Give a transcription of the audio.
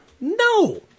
No